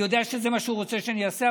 אני יודע שזה מה שהוא רוצה שאני אעשה,